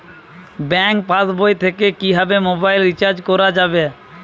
Bank পাশবই থেকে কিভাবে মোবাইল রিচার্জ করা যাবে?